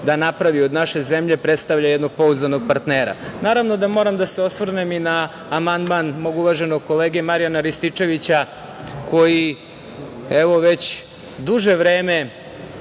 da napravi od naše zemlje, predstavlja jednog pouzdanog partnera. Naravno da moram da se osvrnem i na amandman mog uvaženog kolege Marijana Rističevića, koji evo već duže vreme